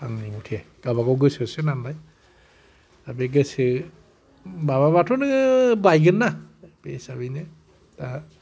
आंनि मथे गाबा गाव गोसो सो नालाय दा बे गोसो माबाबाथ' नो बायगोन ना बे हिसाबैनो दा